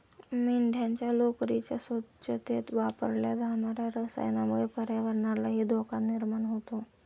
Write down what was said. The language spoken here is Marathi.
मेंढ्यांच्या लोकरीच्या स्वच्छतेत वापरल्या जाणार्या रसायनामुळे पर्यावरणालाही धोका निर्माण होतो